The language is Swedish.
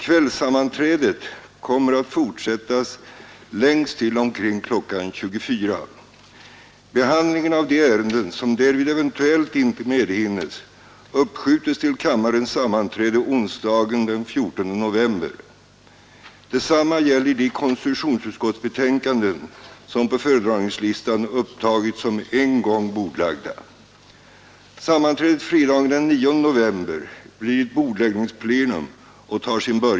Kvällssammanträdet kommer att fortsättas längst till omkring kl. 24.00. Behandlingen av de ärenden som därvid eventuellt inte medhinnes uppskjutes till kammarens sammanträde onsdagen den 14 november. Detsamma gäller de konstitutionsutskottsbetänkanden som på föredragningslistan upptagits som en gång bordlagda.